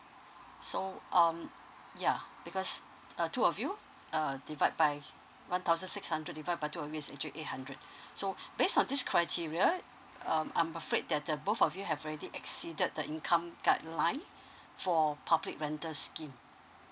so um ya because uh two of you uh divide by one thousand six hundred divide by two of you is actually eight hundred so based on this criteria um I'm afraid that the both of you have already exceeded the income guideline for public rental scheme